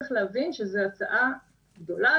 צריך להבין שזאת הצעה גדולה,